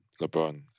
LeBron